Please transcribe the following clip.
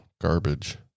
garbage